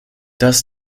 das